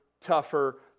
tougher